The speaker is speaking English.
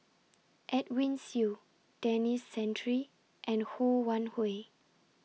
Edwin Siew Denis Santry and Ho Wan Hui